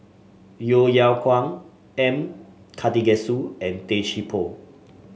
Yeo Yeow Kwang M Karthigesu and Tay Chee Toh